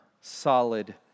solid